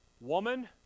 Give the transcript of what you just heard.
woman